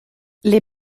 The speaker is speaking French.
les